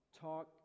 talk